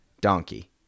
Donkey